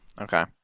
Okay